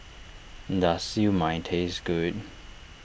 does Siew Mai taste good